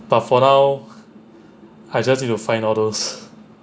but for now I just need to find all those